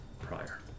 prior